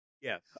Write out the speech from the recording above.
Yes